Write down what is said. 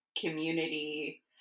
community